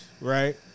right